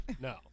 No